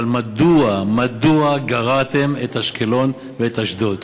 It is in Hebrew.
אבל מדוע, מדוע גרעתם את אשקלון ואת אשדוד?